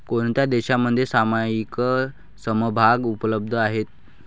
कोणत्या देशांमध्ये सामायिक समभाग उपलब्ध आहेत?